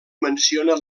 menciona